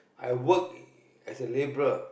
I work as a labourer